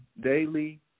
daily